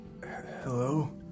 Hello